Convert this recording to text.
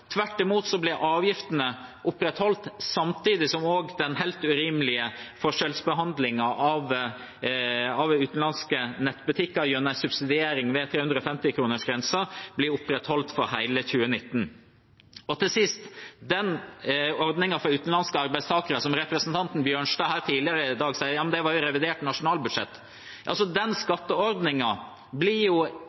Tvert imot blir avgiftene opprettholdt, samtidig som den helt urimelige forskjellsbehandlingen av utenlandske nettbutikker gjennom subsidieringen ved 350-kronersgrensen blir opprettholdt i hele 2019. Til sist til den ordningen for utenlandske arbeidstakere som representanten Bjørnstad tidligere i dag sa gjaldt revidert nasjonalbudsjett: Den skatteordningen blir